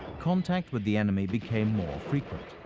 contact with the enemy became more frequent.